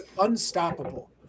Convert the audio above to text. unstoppable